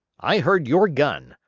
i heard your gun.